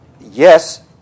Yes